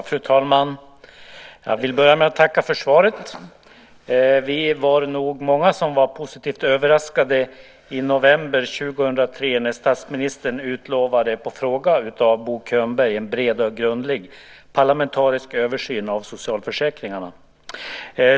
Fru talman! Jag vill börja med att tacka för svaret. Vi var nog många som i november 2003 var positivt överraskade när statsministern, på fråga av Bo Könberg, utlovade en bred och grundlig parlamentarisk översyn av socialförsäkringarna.